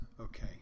Okay